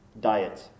diet